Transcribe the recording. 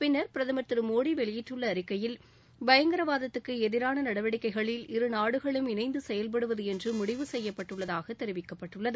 பின்னர் பிரதமர் திரு மோடி வெளியிட்டுள்ள அறிக்கையில் பயங்கரவாதத்துக்கு எதிரான நடவடிக்கைகளில் இருநாடுகளும் இணைந்து செயல்படுவது என்று முடிவு செய்யப்பட்டுள்ளதாக தெரிவிக்கப்பட்டுள்ளது